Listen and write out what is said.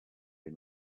les